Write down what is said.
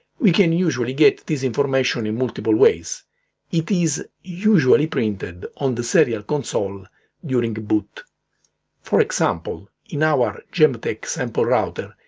we can usually get this information in multiple ways it is usually printed on the serial console during boot for example, in our gemtek sample router,